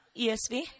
ESV